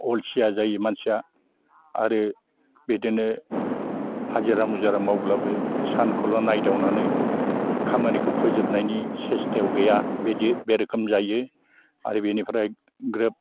अलसिया जायो मानसिया आरो बिदिनो हाजिरा मुजिरा मावब्लाबो सानखौल' नायदावनानै खामानिखौ फोजोबनायनि सेस्थायाव गैया बिदि बे रोखोम जायो आरो बेनिफ्राय ग्रोब